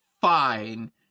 fine